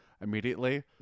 immediately